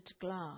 glass